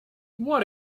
what